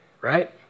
right